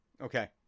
Okay